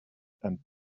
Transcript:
and